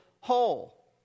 whole